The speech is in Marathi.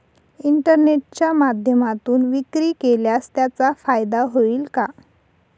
इंटरनेटच्या माध्यमातून विक्री केल्यास त्याचा फायदा होईल का?